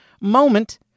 moment